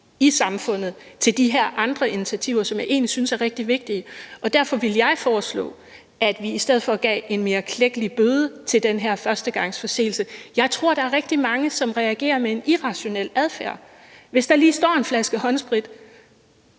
i samfundet til de her andre initiativer, som jeg egentlig synes er rigtig vigtige. Derfor ville jeg foreslå, at vi i stedet for gav en mere klækkelig bøde til den her førstegangsforseelse. Jeg tror, der er rigtig mange, som reagerer med en irrationel adfærd. Hvis der lige står en flaske håndsprit,